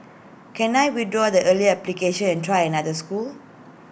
can I withdraw the earlier application and try another school